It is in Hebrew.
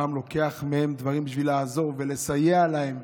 פעם לוקח מהם דברים בשביל לעזור ולסייע להם.